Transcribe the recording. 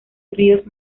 ríos